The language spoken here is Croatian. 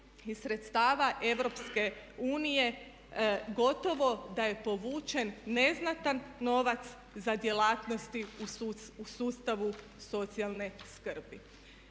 iz sredstava EU gotovo da je povučen neznatan novac za djelatnosti u sustavu Socijalne skrbi.